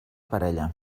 parella